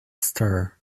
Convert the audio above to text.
stir